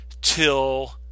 till